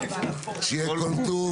שיהיה כל טוב,